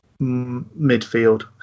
midfield